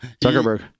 Zuckerberg